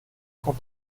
quant